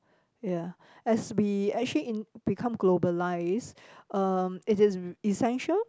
ya as we actually in become globalised uh it is essential